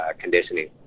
conditioning